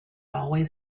always